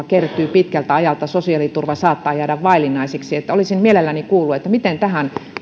kertyy pitkältä ajalta ja sosiaaliturva saattaa jäädä vaillinaiseksi olisin mielelläni kuullut miten tähän